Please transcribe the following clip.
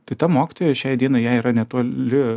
tai ta mokytoja jai šiai dienai jai yra netoli